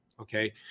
Okay